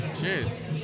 Cheers